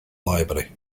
library